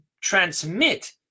transmit